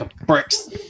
bricks